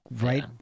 right